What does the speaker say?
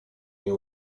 nie